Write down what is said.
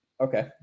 Okay